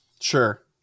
Sure